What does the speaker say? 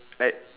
like